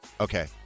Okay